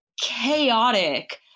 chaotic